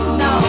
no